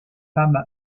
femme